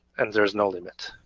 and there's no limit.